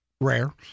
rare